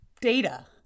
Data